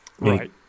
Right